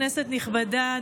כנסת נכבדה,